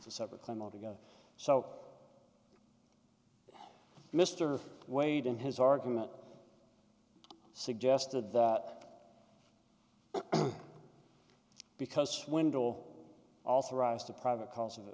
to separate claim altogether so mr wade in his argument suggested that because window authorized a private cause of